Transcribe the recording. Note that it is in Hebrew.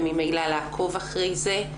וממילא לעקוב אחרי זה,